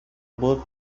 بود